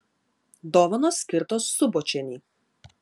dovanos skirtos subočienei